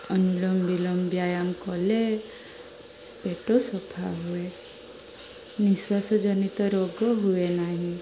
ଅନୁଲୋମ ବିଲୋମ ବ୍ୟାୟାମ୍ କଲେ ପେଟ ସଫା ହୁଏ ନିଶ୍ୱାସଜନିତ ରୋଗ ହୁଏ ନାହିଁ